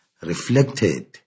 reflected